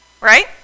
right